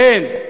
כן,